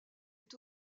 est